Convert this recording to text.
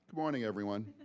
morning, everyone.